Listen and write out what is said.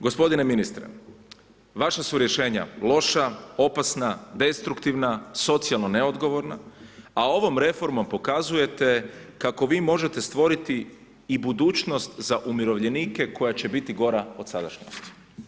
Gospodine ministre vaša su rješenja loša, opasna, destruktivna, socijalno neodgovorna, a ovom reformom pokazujete kako vi možete stvoriti i budućnost za umirovljenike koja će biti gora od sadašnjosti.